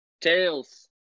Tails